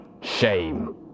shame